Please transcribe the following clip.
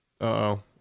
Uh-oh